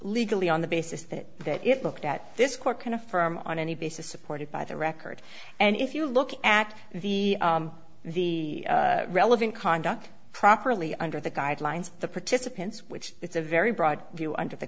legally on the basis that that it looked at this court can affirm on any basis supported by the record and if you look at the the relevant conduct properly under the guidelines the participants which it's a very broad view under the